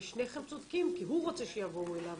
ושניכם צודקים כי הוא רוצה שיבואו אליו,